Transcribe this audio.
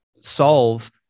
solve